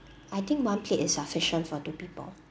I think one plate is sufficient for two people